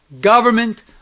government